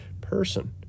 person